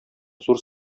зур